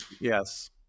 Yes